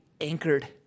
anchored